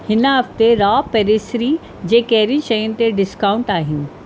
हिन हफ़्ते रॉ पेरिसरी जे कहिड़ी शयुनि ते डिस्काउंट आहिनि